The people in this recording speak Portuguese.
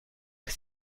que